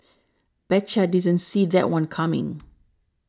betcha didn't see that one coming